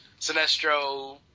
Sinestro